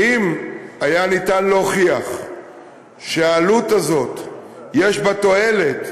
ואם היה ניתן להוכיח שהעלות הזאת יש בה תועלת,